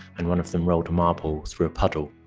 and one of them rolled a marble through a puddle,